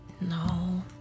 No